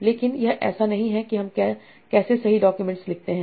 लेकिन यह ऐसा नहीं है की हम कैसे सही डाक्यूमेंट्स लिखते हैं